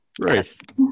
Right